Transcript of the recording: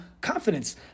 confidence